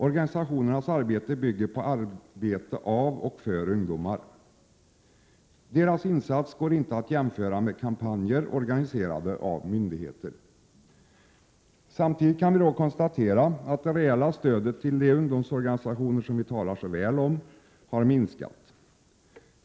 Organisationernas verksamhet bygger på arbete av och för ungdomar. Deras insatser går inte att jämföra med kampanjer organiserade av myndigheter. Vi kan samtidigt konstatera att det reella stödet till de ungdomsorganisa Prot. 1987/88:116 tioner som vi talar så väl om har minskat.